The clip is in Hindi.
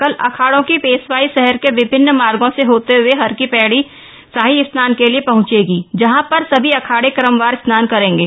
कल अखाड़ों की पेशवाई शहर के विभिन्न मार्गों से होते हए हर की पैड़ी शाही स्नान के लिए पहंचेगी जहां पर सभी अखाड़े क्रमवार स्नान करेंगे